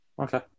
Okay